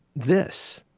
this.